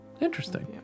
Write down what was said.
Interesting